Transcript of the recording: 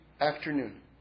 afternoon